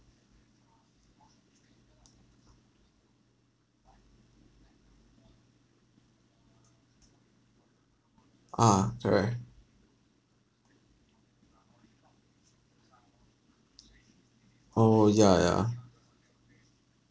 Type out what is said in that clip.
ah correct oh ya yeah